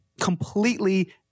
completely